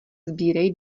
sbírej